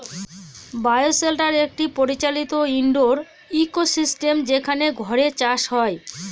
বায় shelter একটি পরিচালিত indoor ecosystem যেখানে ঘরে চাষ হয়